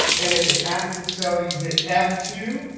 and in the active cell you hit f two,